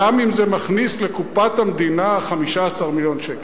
גם אם זה מכניס לקופת המדינה 15 מיליון שקל.